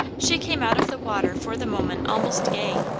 she came out of the water for the moment almost gay,